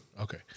Okay